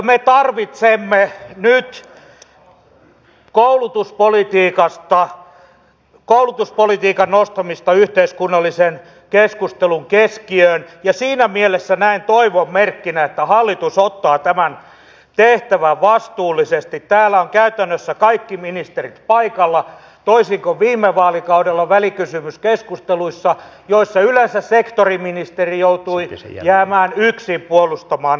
me tarvitsemme nyt koulutuspolitiikan nostamista yhteiskunnallisen keskustelun keskiöön ja siinä mielessä näen toivon merkkinä että hallitus ottaa tämän tehtävän vastuullisesti täällä ovat käytännössä kaikki ministerit paikalla toisin kuin viime vaalikaudella välikysymyskeskusteluissa joissa yleensä sektoriministeri joutui jäämään yksin puolustamaan hallitusta